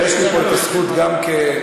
יש לי פה זכות גם כיושב-ראש,